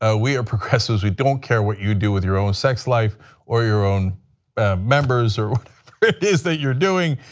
ah we are progressives, we don't care what you do with your own sex life or your own members, or whatever it is that you're doing.